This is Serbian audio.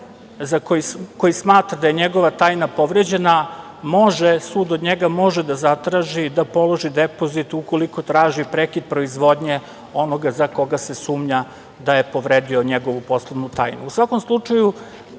koji smatra da je njegova tajna povređena, sud od njega može da zatraži da položi depozit ukoliko traži prekid proizvodnje onoga za koga se sumnja da je povredio njegovu poslovnu tajnu.U svakom slučaju,